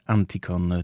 Anticon